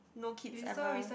no kids ever